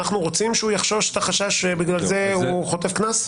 אנחנו רוצים שהוא יחשוש שבגלל זה הוא יחטוף קנס?